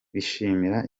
bishimira